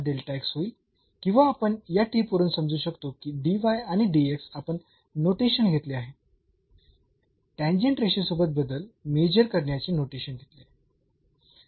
तर हा होईल किंवा आपण या टीपवरून समजू शकतो की dy आणि आपण नोटेशन घेतले आहे टॅन्जेंट रेषेसोबत बदल मेझर करण्याचे नोटेशन घेतले आहे